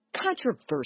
controversial